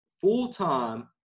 full-time